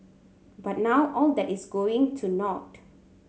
but now all that is going to naught